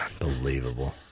Unbelievable